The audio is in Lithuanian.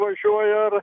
važiuoja ar